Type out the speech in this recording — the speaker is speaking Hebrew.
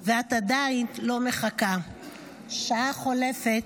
/ ואת עדיין לו מחכה / שעה חולפת,